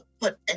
put